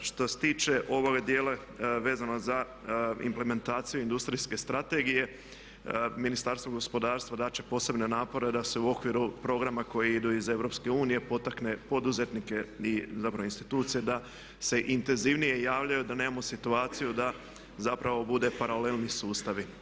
Što se tiče ovog dijela vezano za implementaciju industrijske strategije, Ministarstvo gospodarstva dat će posebne napore da se u okviru programa koji idu iz EU potakne poduzetnike i zapravo institucije da se intenzivnije javljaju, da nemamo situaciju da zapravo bude paralelni sustavi.